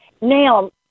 Now